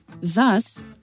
Thus